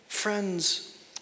Friends